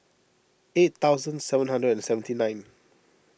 eight thousand seven hundred and seventy nine